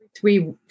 three